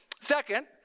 Second